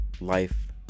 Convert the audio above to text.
life